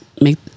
make